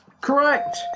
Correct